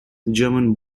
german